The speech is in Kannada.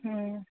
ಹ್ಞೂ